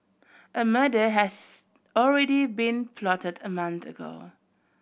a murder has already been plotted a month ago